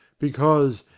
because,